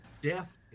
death